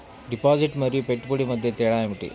Deposit మరియు పెట్టుబడి మధ్య తేడా ఏమిటి?